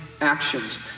actions